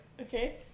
Okay